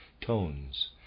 tones